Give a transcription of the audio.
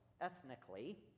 ethnically